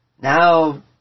now